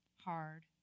hard